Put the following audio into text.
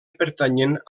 pertanyent